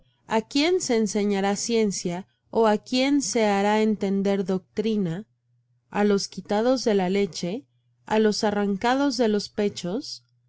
a quién se enseñará ciencia ó á quién se hará entender doctrina a los quitados de la leche á los arrancados de los pechos